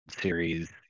Series